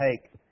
take